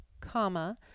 comma